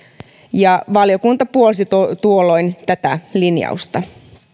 ja valiokunta puolsi tuolloin tätä linjausta